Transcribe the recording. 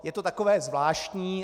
Je to takové zvláštní.